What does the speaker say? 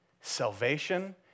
salvation